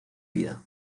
vida